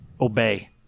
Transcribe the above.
obey